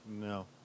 no